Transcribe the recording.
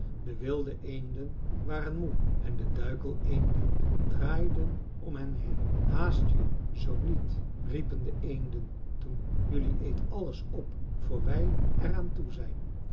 de wilde eenden waren moe en de duikeleenden draaiden om hen heen haast je zoo niet riepen de eenden toen jelui eet alles op voor wij er aan toe zijn